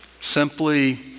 simply